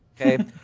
Okay